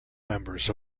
members